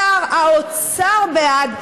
שר האוצר בעד,